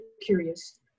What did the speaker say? Curious